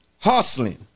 hustling